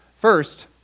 First